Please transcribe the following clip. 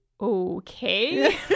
okay